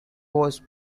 was